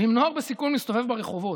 ואם נוער בסיכון מסתובב ברחובות,